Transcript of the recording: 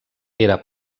era